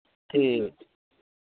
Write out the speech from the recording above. ਅਤੇ